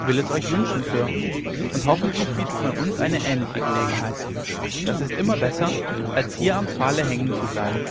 will es euch wünschen sir und hoffentlich bietet man uns eine ähnliche gelegenheit das ist immer besser als hier am pfahle hängen zu bleiben